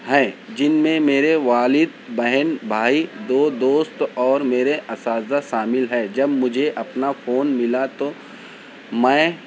ہیں جن میں میرے والد بہن بھائی دو دوست اور میرے اساتذہ شامل ہے جب مجھے اپنا فون ملا تو میں